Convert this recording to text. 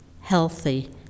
healthy